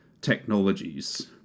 technologies